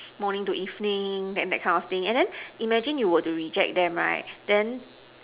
morning to evening then that kind of thing and then imagine you were to reject them right then